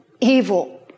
evil